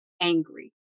angry